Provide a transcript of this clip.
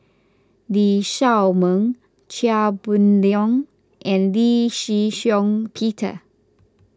Lee Shao Meng Chia Boon Leong and Lee Shih Shiong Peter